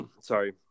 sorry